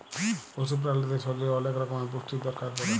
পশু প্রালিদের শরীরের ওলেক রক্যমের পুষ্টির দরকার পড়ে